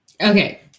okay